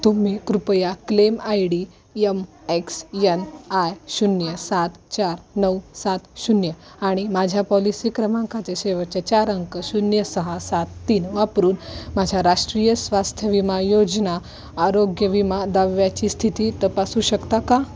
तुम्ही कृपया claim I D M X N I शून्य सात चार नऊ सात शून्य आणि माझ्या पॉलिसी क्रमांकाचे शेवटचे चार अंक शून्य सहा सात तीन वापरून माझ्या राष्ट्रीय स्वास्थ्य विमा योजना आरोग्य विमा दाव्याची स्थिती तपासू शकता का